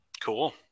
Cool